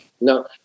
No